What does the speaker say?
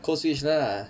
code switch lah